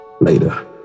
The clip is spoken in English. Later